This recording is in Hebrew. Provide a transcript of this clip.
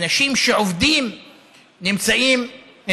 אנשים שעובדים נמצאים,